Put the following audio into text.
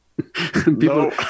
people